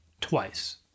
twice